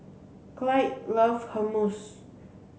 Clyde loves Hummus